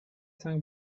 cinq